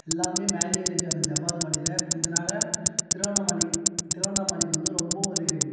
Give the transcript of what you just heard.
எல்லாமே மேலேயே இருக்கு அந்த ஜவ்வாது மலையில இதனால திருவண்ணாமலை திருவண்ணாமலைக்கு வந்து ரொம்ப ஒரு